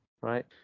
right